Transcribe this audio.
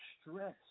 stress